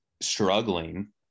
struggling